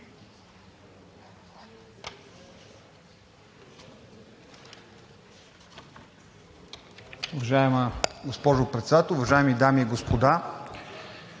Уважаема госпожо Председател, уважаеми дами и господа!